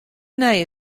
nije